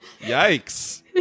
Yikes